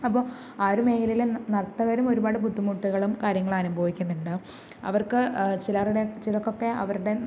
അപ്പം ആ ഒരു മേഖലയിൽ നർത്തകരും ഒരുപാട് ബുദ്ധിമുട്ടുകളും കാര്യങ്ങളാനുഭവിക്കുന്നുണ്ട് അവർക്ക് ചിലരുടെ ചിലർക്കൊക്കെ അവരുടെ